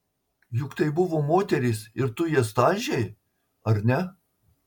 juk tai buvo moterys ir tu jas talžei ar ne